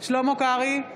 שלמה קרעי,